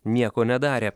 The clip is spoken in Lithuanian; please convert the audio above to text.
nieko nedarė